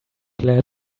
glad